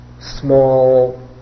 small